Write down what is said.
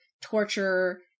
torture